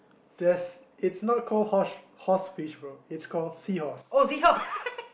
just it's not called horse~ horsefish bro it's called seahorse